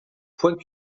point